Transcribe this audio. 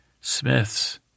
Smiths